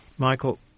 Michael